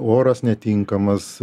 oras netinkamas